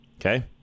Okay